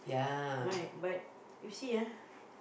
my but you see ah